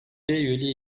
üyeliği